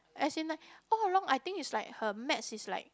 as in like all along I think is like her maths is like